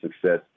success